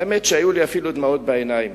האמת, שהיו לי אפילו דמעות בעיניים.